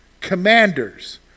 commanders